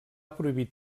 prohibit